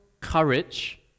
courage